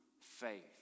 faith